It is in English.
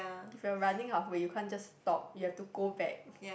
if you're running halfway you can't just stop you have to go back